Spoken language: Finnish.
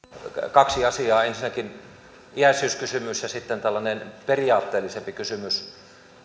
kaksi asiaa ensinnäkin iäisyyskysymys ja sitten tällainen periaatteellisempi kysymys